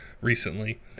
recently